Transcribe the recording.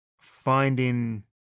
finding